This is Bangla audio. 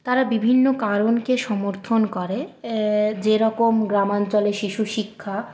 তারা বিভিন্ন কারণকে সমর্থন করে যেরকম গ্রামাঞ্চলে শিশু শিক্ষা